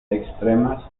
extremas